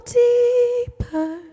deeper